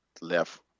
left